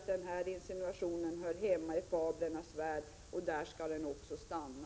Denna insinuation hör hemma i fablernas värld — och där skall den också stanna.